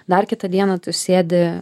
dar kitą dieną tu sėdi